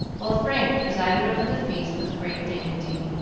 while frank presided over the feast with great dignity,